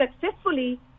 successfully